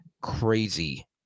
Crazy